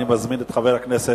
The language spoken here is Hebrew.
אני מזמין את חבר הכנסת